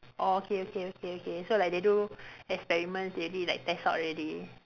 orh okay okay okay okay so like they do experiments they already like test out already